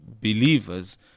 believers